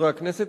חברי הכנסת,